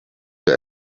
der